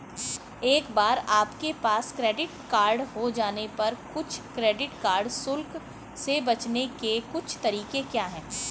एक बार आपके पास क्रेडिट कार्ड हो जाने पर कुछ क्रेडिट कार्ड शुल्क से बचने के कुछ तरीके क्या हैं?